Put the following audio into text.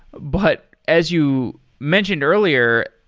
but as you mentioned earlier,